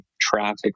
traffic